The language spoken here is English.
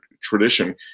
tradition